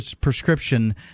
prescription